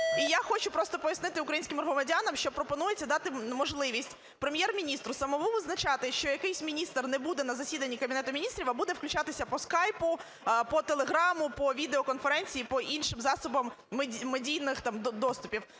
І хочу просто пояснити українським громадянам, що пропонується дати можливість Прем'єр-міністру самому визначати, що якийсь міністр не буде на засіданні Кабінету Міністрів, а буде включатися по Скайпу, по Телеграм, по відеоконференції, по іншим засобам медійних там доступів.